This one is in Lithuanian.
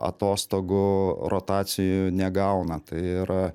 atostogų rotacijų negauna tai yra